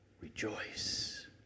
rejoice